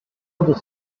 old